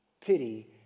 pity